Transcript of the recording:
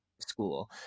school